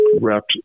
wrapped